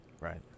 Right